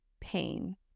pain